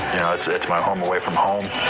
yeah it's it's my home away from home.